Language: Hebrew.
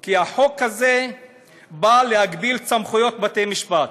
כי החוק הזה בא להגביל את סמכויות בתי-המשפט,